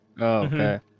okay